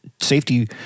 safety